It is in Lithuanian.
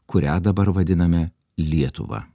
kurią dabar vadiname lietuva